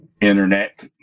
internet